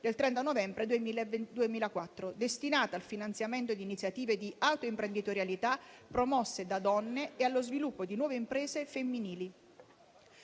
del 2000, destinato al finanziamento di iniziative di autoimprenditorialità promosse da donne e allo sviluppo di nuove imprese femminili.